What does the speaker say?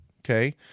okay